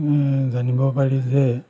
জানিব পাৰি যে